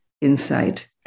insight